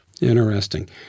Interesting